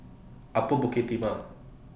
Upper Bukit Timah